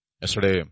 Yesterday